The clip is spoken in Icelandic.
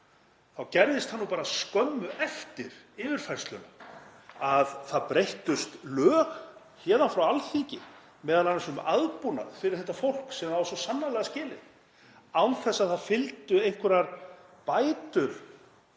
þá gerðist það nú skömmu eftir yfirfærsluna að það breyttust lög héðan frá Alþingi, m.a. um aðbúnað fyrir þetta fólk, sem á það svo sannarlega skilið, án þess að það fylgdu einhverjar bætur